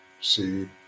see